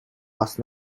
last